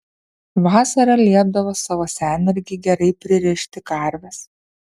vasarą liepdavo savo senmergei gerai pririšti karves